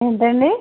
ఏంటండి